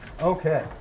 Okay